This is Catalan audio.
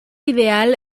ideal